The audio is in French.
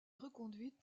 reconduite